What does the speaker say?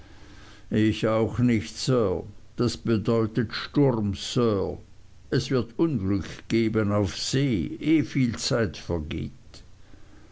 ich auch nicht sir das bedeutet sturm sir es wird unglück auf see geben ehe viel zeit vergeht